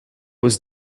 was